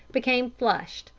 became flushed,